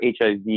HIV